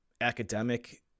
academic